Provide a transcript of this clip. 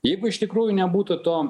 jeigu iš tikrųjų nebūtų to